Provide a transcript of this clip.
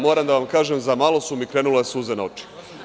Moram da vam kažem, zamalo su mi krenule suze na oči.